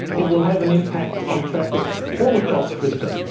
it will have an impact on traffic all across brisbane.